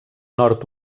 nord